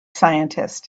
scientist